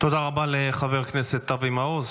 תודה רבה לחבר הכנסת אבי מעוז,